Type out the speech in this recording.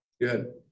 Good